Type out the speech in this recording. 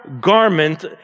garment